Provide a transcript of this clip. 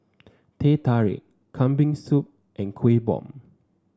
Teh Tarik Kambing Soup and Kuih Bom